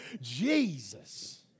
Jesus